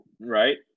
Right